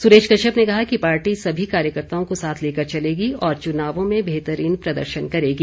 सुरेश कश्यप ने कहा कि पार्टी सभी कार्यकर्ताओं को साथ लेकर चलेगी और चुनावों में बेहतरीन प्रदर्शन करेगी